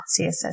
CSS